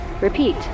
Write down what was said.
Repeat